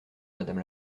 madame